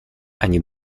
они